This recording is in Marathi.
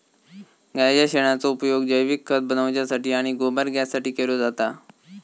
गाईच्या शेणाचो उपयोग जैविक खत बनवण्यासाठी आणि गोबर गॅससाठी केलो जाता